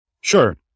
Sure